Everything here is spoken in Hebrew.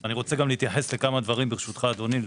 אני רוצה להתייחס לכמה דברים שעלו, ברשותך, אדוני.